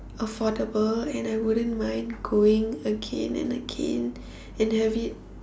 affordable and I wouldn't mind going again and again and have it